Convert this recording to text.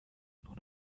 nur